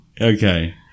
okay